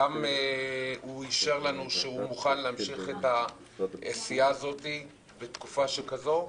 והוא גם אישר לנו שהוא מוכן להמשיך את העשייה הזאת בתקופה הזו,